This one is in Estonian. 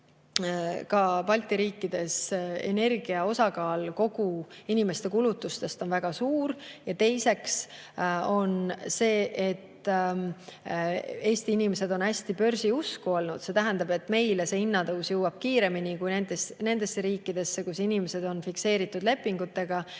Balti riikides energia osakaal inimeste kogukulutustes on väga suur. Teiseks, Eesti inimesed on hästi börsiusku olnud. See tähendab, et meile see hinnatõus on jõudnud kiiremini kui nendesse riikidesse, kus inimestel on fikseeritud lepingud.